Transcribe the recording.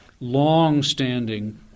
long-standing